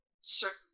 certain